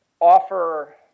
offer